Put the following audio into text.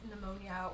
pneumonia